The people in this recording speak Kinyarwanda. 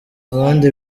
abandi